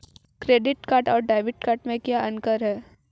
Credit card और debit card में क्या अंतर है?